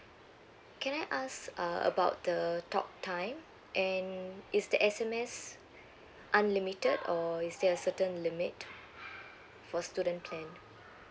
can I ask uh about the talk time and is the S_M_S unlimited or is there a certain limit for student plan